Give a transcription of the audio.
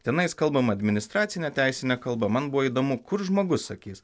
tenais kalbama administracine teisine kalba man buvo įdomu kur žmogus sakys